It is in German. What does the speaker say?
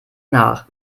nach